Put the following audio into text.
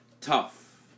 tough